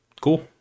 cool